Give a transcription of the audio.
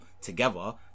together